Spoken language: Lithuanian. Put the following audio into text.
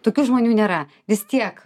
tokių žmonių nėra vis tiek